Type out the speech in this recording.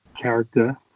character